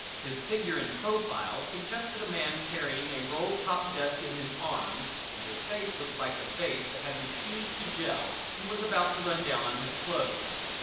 his figure in profile suggested a man carrying a roll-top desk in his arms and his face looked like a face that had refused to jell and was about to run down on his clothes.